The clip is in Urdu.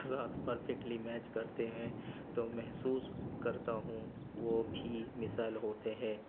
ساتھ پرفیکٹلی میچ کرتے ہیں تو محسوس کرتا ہوں وہ بھی مثال ہوتے ہیں